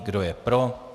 Kdo je pro?